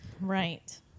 right